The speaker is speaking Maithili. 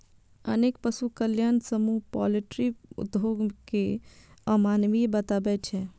अनेक पशु कल्याण समूह पॉल्ट्री उद्योग कें अमानवीय बताबै छै